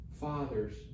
Fathers